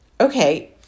Okay